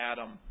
Adam